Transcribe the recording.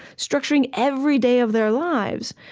structuring every day of their lives.